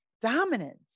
dominance